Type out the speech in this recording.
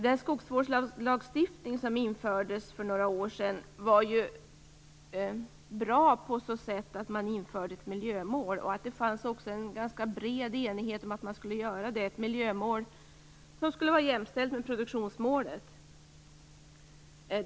Den skogsvårdslagstiftning som infördes för några år sedan var bra, på så sätt att det infördes ett miljömål och att det fanns en ganska bred enighet om att göra det. Det var ett miljömål som skulle vara jämställt med produktionsmålet.